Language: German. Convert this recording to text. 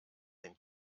den